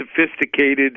sophisticated